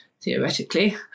theoretically